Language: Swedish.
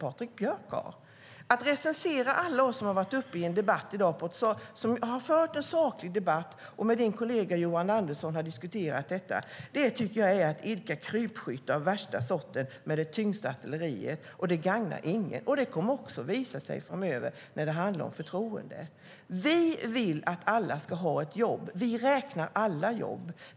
Att recensera alla oss som har fört en saklig debatt och diskuterat med din kollega Johan Andersson är att idka krypskytte av värsta sorten med det tyngsta artilleriet. Det gagnar ingen, och det kommer att visa sig framöver när det handlar om förtroende. Vi vill att alla ska ha ett jobb. Vi räknar alla jobb.